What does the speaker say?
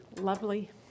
lovely